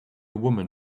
woman